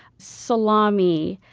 salumi,